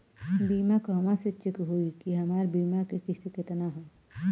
बीमा कहवा से चेक होयी की हमार बीमा के किस्त केतना ह?